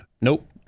Nope